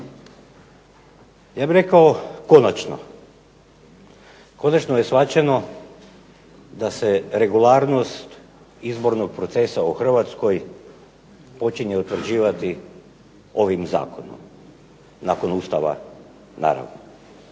Ja bih rekao konačno! Konačno je shvaćeno da se regularnost izbornog procesa u Hrvatskoj počinje utvrđivati ovim zakonom nakon Ustava naravno.